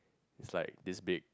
is like this big